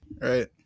Right